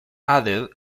added